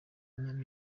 inyana